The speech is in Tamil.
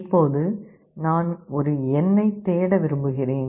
இப்போது நான் ஒரு எண்ணைத் தேட விரும்புகிறேன்